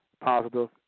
Positive